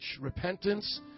repentance